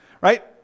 Right